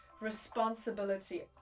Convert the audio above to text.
responsibility